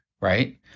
right